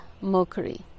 Mercury